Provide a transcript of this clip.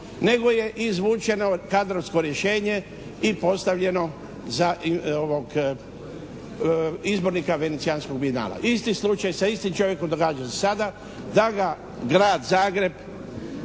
nego je izvučeno kadrovsko rješenje i postavljeno za izbornika Venecijanskog bijenala. Isti slučaj sa istim čovjekom događa se i sada da ga Grad Zagreb